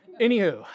Anywho